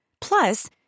Plus